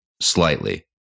slightly